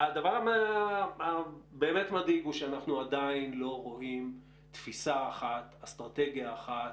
הדבר הבאמת מדאיג הוא שאנחנו עדיין לא רואים אסטרטגיה אחת,